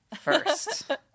First